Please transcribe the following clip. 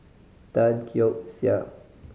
Tan Keong Saik